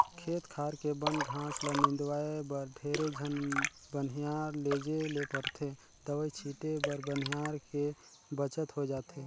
खेत खार के बन घास ल निंदवाय बर ढेरे झन बनिहार लेजे ले परथे दवई छीटे बर बनिहार के बचत होय जाथे